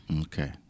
Okay